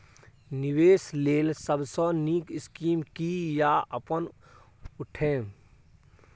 निवेश लेल सबसे नींक स्कीम की या अपन उठैम?